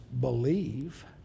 believe